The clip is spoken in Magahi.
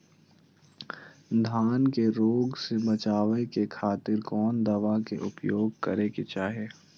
धान के रोग से बचावे खातिर कौन दवा के उपयोग करें कि चाहे?